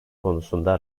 konusunda